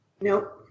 Nope